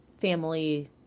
family